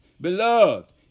Beloved